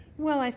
well,